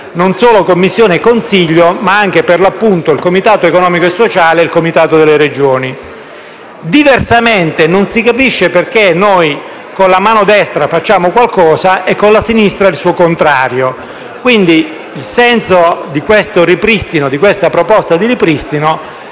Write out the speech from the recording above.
non solo Commissioni e Consiglio, ma anche per l'appunto il Comitato economico e sociale e il Comitato delle Regioni. Diversamente, non si capisce perché con la mano destra facciamo qualcosa e con la sinistra il suo contrario. Il senso della proposta di ripristino